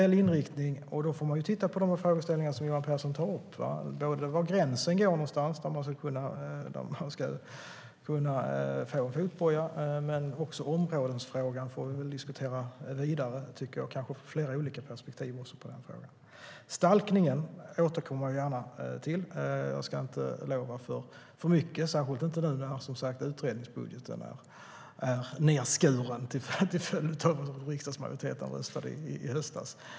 "Det handlar alltså om en generell inriktning, och då får man titta på och diskutera de frågeställningar som Johan Pehrson tar upp ur olika perspektiv, både var gränsen går för att man ska kunna få fotboja och områdesfrågan. Stalkningen återkommer jag gärna till. Jag ska inte lova för mycket, särskilt inte nu när utredningsbudgeten som sagt är nedskuren till följd av hur riksdagsmajoriteten röstade i höstas.